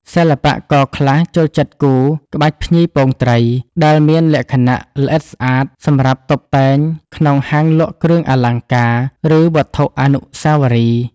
សិល្បករខ្លះចូលចិត្តគូរ ក្បាច់ភ្ញីពងត្រី ដែលមានលក្ខណៈល្អិតស្អាត សម្រាប់តុបតែងក្នុងហាងលក់គ្រឿងអលង្ការ ឬវត្ថុអនុស្សាវរីយ៍។